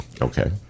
Okay